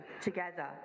together